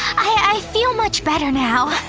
i f-f-f-eel much better now.